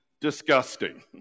disgusting